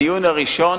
בדיון הראשון